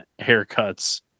haircuts